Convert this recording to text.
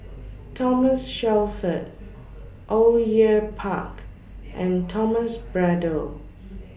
Thomas Shelford Au Yue Pak and Thomas Braddell